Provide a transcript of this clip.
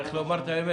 צריך לומר את האמת.